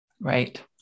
Right